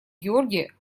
георгия